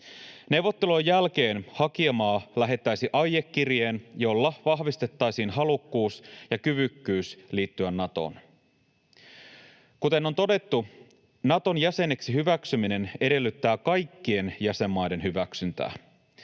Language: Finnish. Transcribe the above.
Neuvottelujen jälkeen hakijamaa lähettäisi aiekirjeen, jolla vahvistettaisiin halukkuus ja kyvykkyys liittyä Natoon. Kuten on todettu, Naton jäseneksi hyväksyminen edellyttää kaikkien jäsenmaiden hyväksyntää.